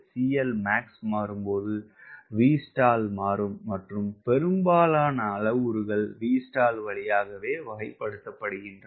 CLmax மாறும்போது Vstall மாறும் மற்றும் பெரும்பாலான அளவுருக்கள் Vstall வழியாக வகைப்படுத்தப்படுகின்றன